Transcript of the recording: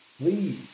Please